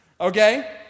Okay